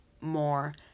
more